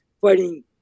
fighting